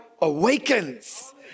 awakens